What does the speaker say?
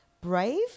brave